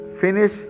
finish